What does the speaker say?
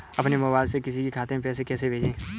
अपने मोबाइल से किसी के खाते में पैसे कैसे भेजें?